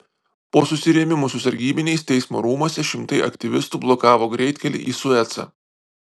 po susirėmimų su sargybiniais teismo rūmuose šimtai aktyvistų blokavo greitkelį į suecą